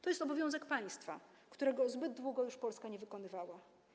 To jest obowiązek państwa, którego zbyt długo już Polska nie wykonywała.